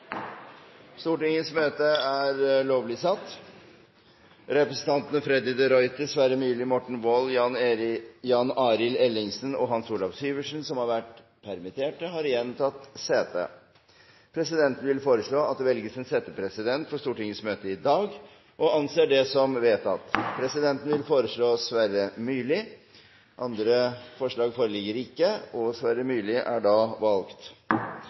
Stortingets møte i dag – og anser det som vedtatt. Presidenten vil foreslå Sverre Myrli. – Andre forslag foreligger ikke, og Sverre Myrli anses enstemmig valgt